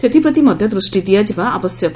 ସେଥିପ୍ରତି ମଧ୍ୟ ଦୃଷ୍ଟି ଦିଆଯିବା ଆବଶ୍ୟକ